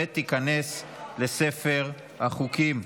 ותיכנס לספר החוקים.